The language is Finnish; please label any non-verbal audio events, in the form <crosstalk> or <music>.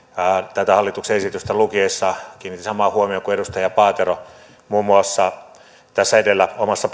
tätä hallituksen esitystä lukiessa kiinnitin samaan huomiota kuin muun muassa edustaja paatero tässä edellä omassa <unintelligible>